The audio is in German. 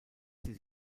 sie